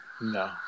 no